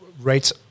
Rates